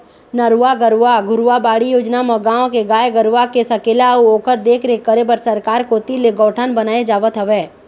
नरूवा, गरूवा, घुरूवा, बाड़ी योजना म गाँव के गाय गरूवा के सकेला अउ ओखर देखरेख करे बर सरकार कोती ले गौठान बनाए जावत हवय